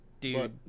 dude